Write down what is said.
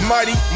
Mighty